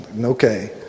Okay